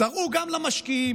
תראו גם למשקיעים,